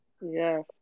Yes